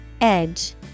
edge